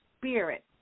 spirit